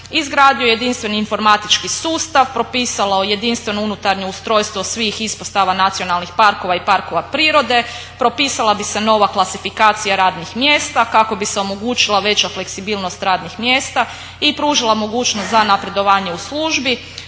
izgradio jedinstveni informatički sustav, propisalo jedinstveno unutarnje ustrojstvo svih ispostava nacionalnih parkova i parkova prirode, propisala bi se nova klasifikacija radnih mjesta kako bi se omogućila veća fleksibilnost radnih mjesta i pružila mogućnost za napredovanje u službi,